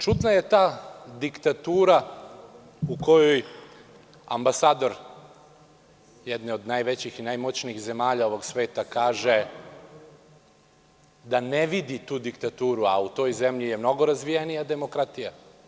Čudna je ta diktatura u kojoj ambasador jedne od najvećih i najmoćnijih zemalja ovog sveta kaže da ne vidi tu diktaturu, a u toj zemlji je mnogo razvijenija demokratija.